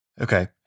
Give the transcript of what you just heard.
okay